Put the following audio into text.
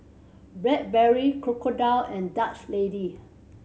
Blackberry Crocodile and Dutch Lady